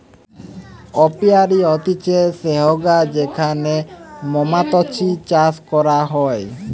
apiary হতিছে সেহগা যেখানে মৌমাতছি চাষ করা হয়